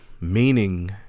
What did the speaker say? meaning